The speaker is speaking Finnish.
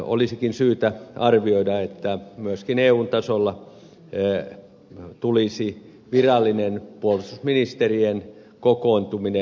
olisikin syytä arvioida että myöskin eun tasolla tulisi virallinen puolustusministerien kokoontuminen